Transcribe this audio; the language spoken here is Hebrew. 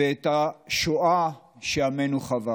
ואת השואה שעמנו חווה.